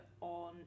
on